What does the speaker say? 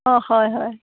অঁ হয় হয়